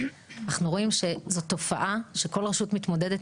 אנחנו רואים שזו בעיה שכל רשות מתמודדת